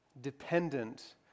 dependent